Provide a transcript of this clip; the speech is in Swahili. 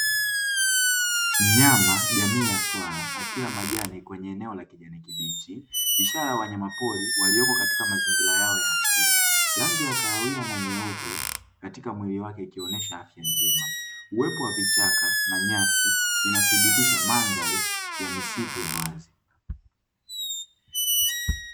Mnyama jamii ya swala akila majani kwenye eneo la kijani kibichi ishara ya wanyama pori walioko katika mazingira yao ya asili rangi ya kahawia na nyeupe katika mwili wake ikionesha afya njema, uwepo wa vichaka na nyasi inathibitisha mandhari ya misitu ya wazi.